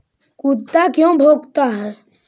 कुत्ता क्यों भौंकता है?